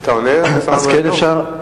אז כן אפשר?